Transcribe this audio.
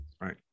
Right